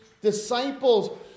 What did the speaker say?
disciples